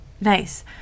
Nice